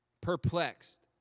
Perplexed